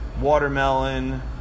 watermelon